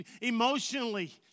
emotionally